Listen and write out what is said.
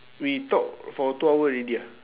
we talk for two hour already ah